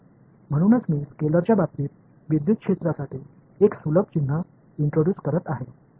அதனால்தான் மின்சாரத் புலத்திற்க்கு ஸ்கேலார் அடிப்படையில் ஒரு எளிய குறியீட்டை அறிமுகப்படுத்துகிறேன்